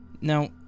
Now